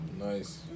nice